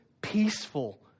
peaceful